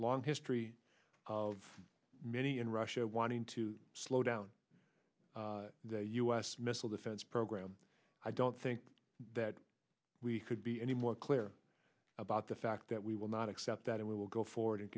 long history of many in russia wanting to slow down the u s missile defense program i don't think that we could be any more clear about the fact that we will not accept that and we will go forward and